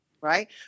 right